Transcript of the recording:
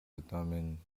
determining